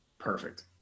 Perfect